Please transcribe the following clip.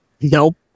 Nope